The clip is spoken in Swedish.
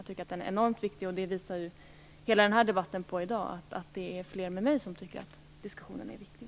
Jag tycker att den är enormt viktig, och det visar hela dagens debatt; det är fler än jag som tycker att diskussionen är viktig.